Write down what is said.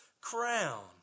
crown